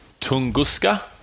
Tunguska